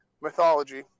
mythology